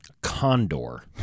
condor